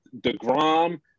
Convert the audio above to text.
DeGrom